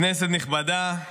כנסת נכבדה,